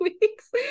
weeks